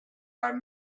i’m